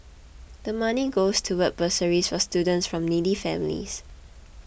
the money goes towards bursaries for students from needy families